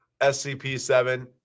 SCP-7